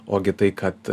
ogi tai kad